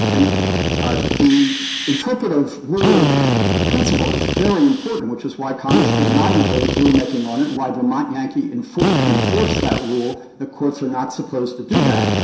and the interpretative rule principle is very important, which was why congress did not impose rulemaking on it, why vermont yankee enforced enforced that rule and the courts are not supposed to do that.